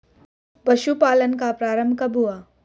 पशुपालन का प्रारंभ कब हुआ?